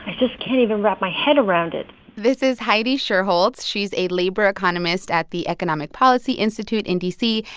just can't even wrap my head around it this is heidi shierholz. she's a labor economist at the economic policy institute in d c,